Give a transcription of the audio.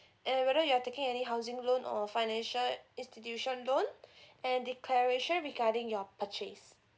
and whether you are taking any housing loan or financial institution loan and declaration regarding your purchase